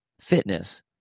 fitness